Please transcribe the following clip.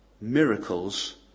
miracles